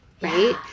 Right